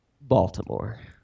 Baltimore